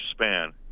span